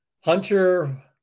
Hunter